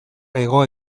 hego